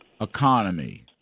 economy